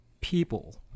people